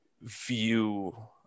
view